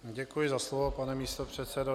Děkuji za slovo, pane místopředsedo.